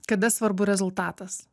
kada svarbu rezultatas